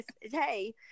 Hey